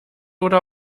oder